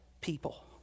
people